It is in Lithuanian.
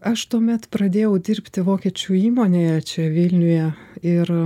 aš tuomet pradėjau dirbti vokiečių įmonėje čia vilniuje ir